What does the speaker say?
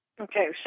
Okay